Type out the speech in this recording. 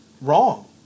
wrong